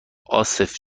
عاصف